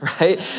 Right